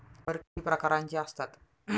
कर किती प्रकारांचे असतात?